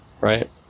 right